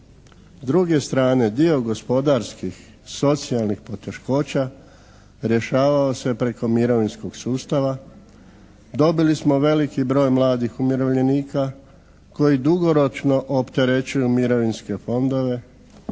S druge strane dio gospodarskih, socijalnih poteškoća rješavao se preko mirovinskog sustava, dobili smo veliki broj mladih umirovljenika koji dugoročno opterećuju mirovinske fondove,